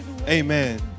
amen